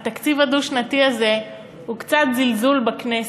התקציב הדו-שנתי הזה הוא קצת זלזול בכנסת,